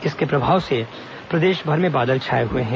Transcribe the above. इसके प्रभाव से प्रदेशभर में बादल छाए हुए हैं